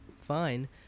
fine